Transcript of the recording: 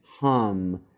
hum